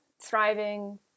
thriving